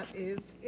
is it.